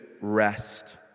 rest